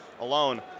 alone